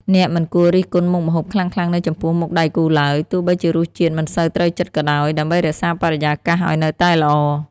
អ្នកមិនគួររិះគន់មុខម្ហូបខ្លាំងៗនៅចំពោះមុខដៃគូឡើយ ទោះបីជារសជាតិមិនសូវត្រូវចិត្តក៏ដោយ ដើម្បីរក្សាបរិយាកាសឱ្យនៅតែល្អ។